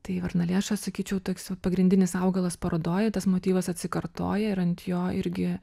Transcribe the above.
tai varnalėša sakyčiau toks jau pagrindinis augalas parodoj tas motyvas atsikartoja ir ant jo irgi